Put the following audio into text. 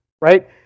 Right